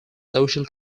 social